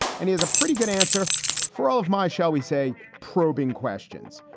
and he has a pretty good answer for all of my, shall we say, probing questions.